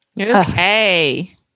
okay